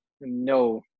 no